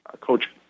Coach